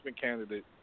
candidate